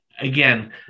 again